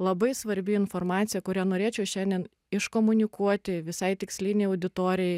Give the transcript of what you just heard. labai svarbi informacija kurią norėčiau šiandien iškomunikuoti visai tikslinei auditorijai